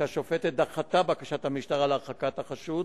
שהשופטת דחתה את בקשת המשטרה להרחקת החשוד